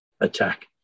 attack